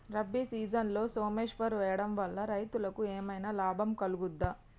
రబీ సీజన్లో సోమేశ్వర్ వేయడం వల్ల రైతులకు ఏమైనా లాభం కలుగుద్ద?